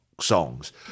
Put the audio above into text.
songs